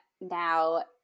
now